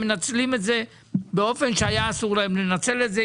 מנצלים את זה באופן שהיה אסור להם לנצל את זה.